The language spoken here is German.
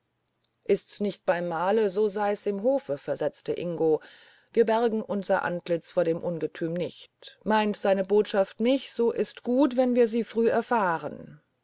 ist's nicht beim mahle so sei es im hofe versetzte ingo wir bergen unser antlitz vor dem ungetüm nicht meint seine botschaft mich so ist gut wenn wir sie früh erfahren